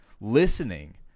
listening